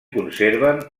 conserven